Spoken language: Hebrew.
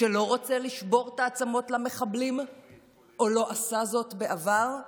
שלא רוצה לשבור את העצמות למחבלים או לא עשה זאת בעבר?